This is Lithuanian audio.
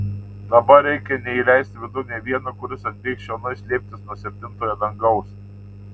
dabar reikia neįleisti vidun nė vieno kuris atbėgs čionai slėptis nuo septintojo dangaus